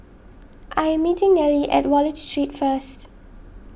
I am meeting Nellie at Wallich Street first